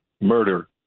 murder